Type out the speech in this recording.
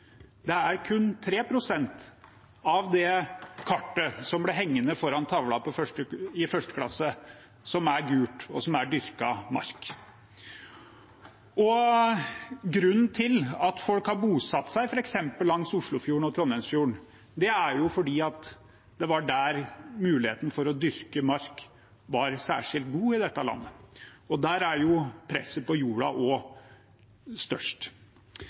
Det er kun 3 pst. av det kartet som ble hengende foran tavla i 1. klasse, som er gult, og som er dyrka mark. Grunnen til at folk har bosatt seg f.eks. langs Oslofjorden og Trondheimsfjorden, er at det var der muligheten for å dyrke mark var særskilt god i dette landet. Der er jo presset på jorda også størst.